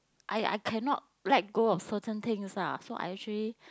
I I cannot let go of certain things lah so I actually